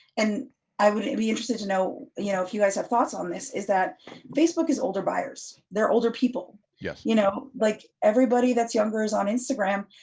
and i would be interested to know you know if you guys have thoughts on this is that facebook is older buyers, they're older people. yeah you know like everybody that's younger is on instagram.